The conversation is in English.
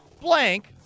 blank